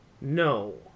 No